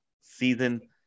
season